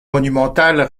monumentale